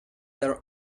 their